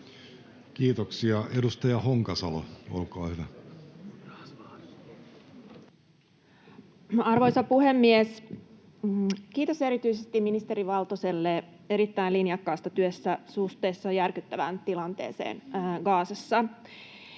Kiitoksia. — Edustaja Honkasalo, olkaa hyvä. Arvoisa puhemies! Kiitos erityisesti ministeri Valtoselle erittäin linjakkaasta työstä suhteessa järkyttävään tilanteeseen Gazassa.